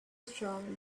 strong